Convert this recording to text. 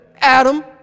Adam